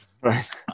right